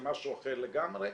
זה משהו אחר לגמרי.